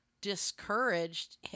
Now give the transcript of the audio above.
discouraged